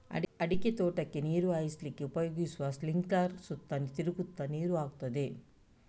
ಅಡಿಕೆ ತೋಟಕ್ಕೆ ನೀರು ಹಾಯಿಸ್ಲಿಕ್ಕೆ ಉಪಯೋಗಿಸುವ ಸ್ಪಿಂಕ್ಲರ್ ಸುತ್ತ ತಿರುಗ್ತಾ ನೀರು ಹಾಕ್ತದೆ